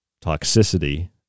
toxicity